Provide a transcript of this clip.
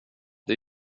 det